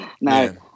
no